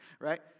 right